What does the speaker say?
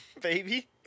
baby